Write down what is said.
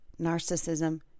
narcissism